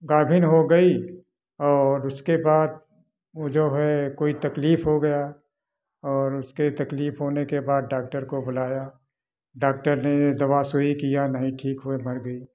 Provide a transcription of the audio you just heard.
गाभिन हो गई और उसके बाद वो जो है कोई तकलीफ हो गया और उसके तकलीफ होने के बाद डाक्टर को बुलाया डाक्टर ने दवा सुई किया नहीं ठीक हुई मर गई